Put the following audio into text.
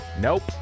Nope